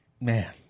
Man